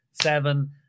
Seven